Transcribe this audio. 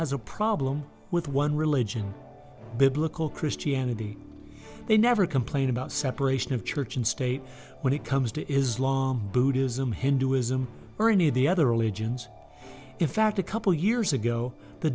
has a problem with one religion biblical christianity they never complain about separation of church and state when it comes to islam buddhism hinduism or any of the other religions in fact a couple years ago the